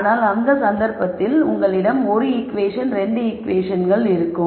ஆனால் அந்த சந்தர்ப்பத்தில் உங்களிடம் 1 ஈகுவேஷன் 2 ஈகுவேஷன் இருக்கும்